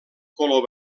color